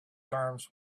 terms